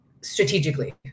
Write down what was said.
strategically